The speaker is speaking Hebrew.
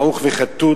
מעוך וכתות.